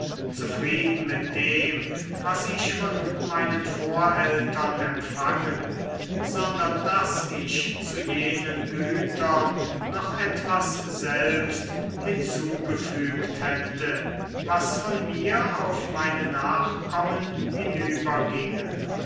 zufrieden mit dem was ich von meinen voreltern empfangen sondern daß ich zu jenen gütern noch etwas selbst hinzugefügt hätte was von mir auf meine nachkommen